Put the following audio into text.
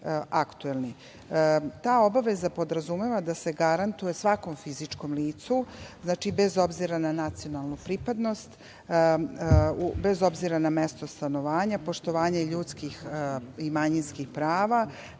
obaveza podrazumeva da se garantuje svakom fizičkom licu, bez obzira na nacionalnu pripadnost, bez obzira na mesto stanovanja, poštovanje ljudskih i manjinskih prava,